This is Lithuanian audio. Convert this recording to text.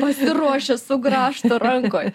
pasiruošę su grąžto rankoj